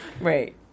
Right